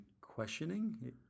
questioning